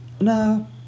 No